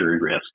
risk